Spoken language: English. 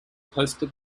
coaster